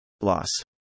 Loss